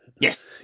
Yes